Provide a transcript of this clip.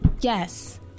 yes